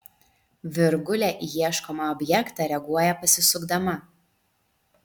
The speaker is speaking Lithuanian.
virgulė į ieškomą objektą reaguoja pasisukdama